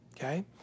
okay